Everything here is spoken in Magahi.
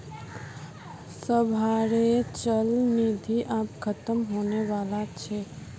सबहारो चल निधि आब ख़तम होने बला छोक